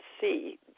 see